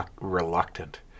reluctant